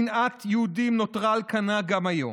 שנאת יהודים נותרה על כנה גם היום.